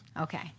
Okay